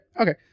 okay